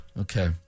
Okay